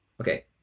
Okay